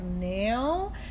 now